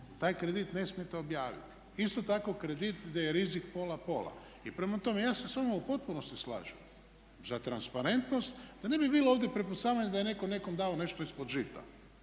taj kredit ne smijete objaviti. Isto tako kredit gdje je rizik pola pola. I prema tome, ja se sa vama u potpunosti slažem za transparentnost da ne bi bilo ovdje prepucavanja da je netko nekom dao nešto ispod žita.